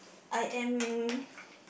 I am